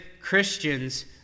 Christians